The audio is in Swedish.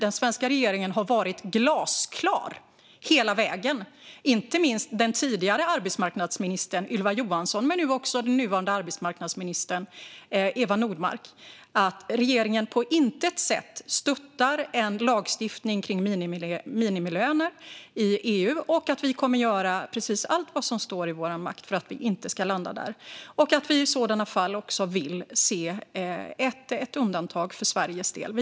Den svenska regeringen - inte minst den tidigare arbetsmarknadsministern Ylva Johansson, men även nuvarande arbetsmarknadsminister Eva Nordmark - har hela vägen varit glasklar med att regeringen på intet sätt stöttar en lagstiftning kring minimilöner i EU, att vi kommer att göra precis allt som står i vår makt för att vi inte ska landa där och att vi om det sker vill se ett undantag för Sveriges del.